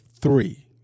three